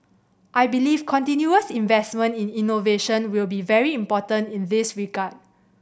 I believe continuous investment in innovation will be very important in this regard